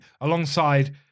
alongside